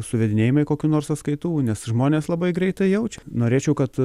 suvedinėjamai kokių nors atskaitų nes žmonės labai greitai jaučia norėčiau kad